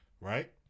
right